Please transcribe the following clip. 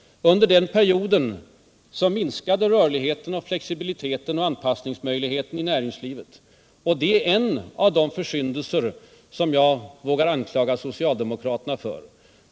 Under den perioden minskade rörligheten och flexibiliteten och anpassningmöjligheten i näringslivet. Det är en av de försyndelser som jag vågar anklaga socialdemokraterna för.